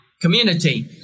community